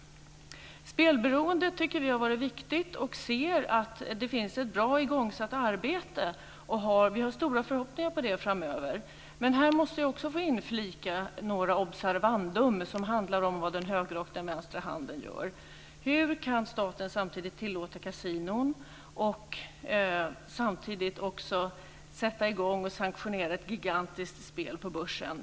Det här med spelberoende tycker vi har varit viktigt, och vi ser att det finns ett bra igångsatt arbete. Vi har stora förhoppningar på det framöver. Men här måste jag också få inflika några observandum som handlar om vad den högra och den vänstra handen gör. Hur kan staten tillåta kasinon och samtidigt också sätta i gång och sanktionera ett gigantiskt spel på börsen?